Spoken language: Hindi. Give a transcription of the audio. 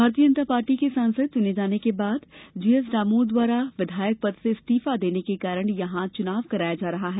भारतीय जनता पार्टी के सांसद चुने जाने के बाद जीएस डामोर द्वारा विधायक पद से इस्तीफा देने के कारण यहां चुनाव कराया जा रहा है